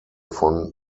von